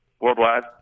worldwide